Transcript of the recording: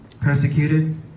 persecuted